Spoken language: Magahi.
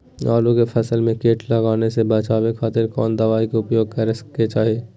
आलू के फसल में कीट लगने से बचावे खातिर कौन दवाई के उपयोग करे के चाही?